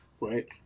right